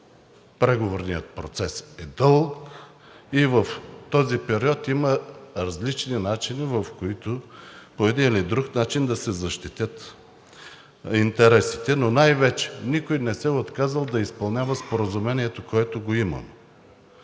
прави. Преговорният процес е дълъг и в този период има различни начини, в които по един или друг начин да се защитят интересите, но най-вече никой не се е отказал да изпълнява Споразумението, което го има.